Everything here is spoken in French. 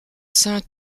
sein